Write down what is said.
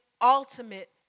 ultimate